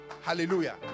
Hallelujah